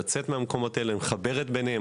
יוצאת מהמקומות האלה ומחברת ביניהם.